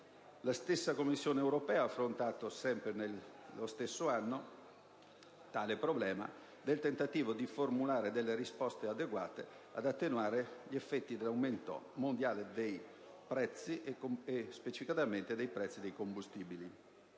La stessa Commissione europea affrontò, sempre nello stesso anno, questo problema nel tentativo di formulare risposte adeguate ad attenuare gli effetti dell'aumento mondiale dei prezzi, e specificatamente di quello dei combustibili;